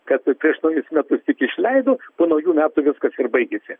kad prieš naujus metus tik išleido po naujų metų viskas ir baigėsi